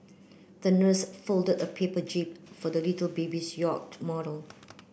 the nurse folded a paper jib for the little babies yacht model